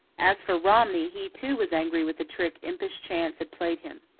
as for romney, he, too, was angry with the trick impish chance had played him.